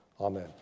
Amen